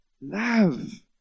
love